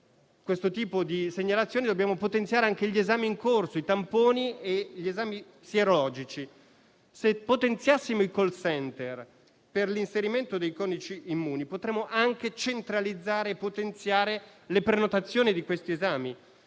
segnalazioni, dall'altro, dobbiamo potenziare anche gli esami in corso, i tamponi e gli esami sierologici. Se potenziassimo i *call center* per l'inserimento dei codici Immuni, potremmo anche centralizzare le prenotazioni di questi esami: